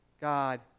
God